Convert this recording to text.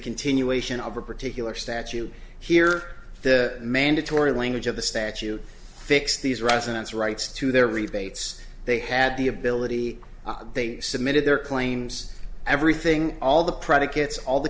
continuation of a particular statute here the mandatory language of the statute fix these residents rights to their rebates they had the ability they submitted their claims everything all the predicates all the